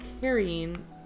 carrying